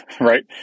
Right